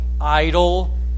idle